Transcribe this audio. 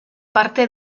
parte